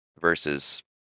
versus